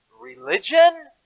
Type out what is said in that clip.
religion